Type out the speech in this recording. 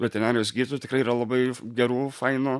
veterinarijos gydytojų tikrai yra labai gerų fainų